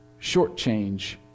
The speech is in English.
shortchange